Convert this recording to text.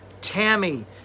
Tammy